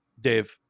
Dave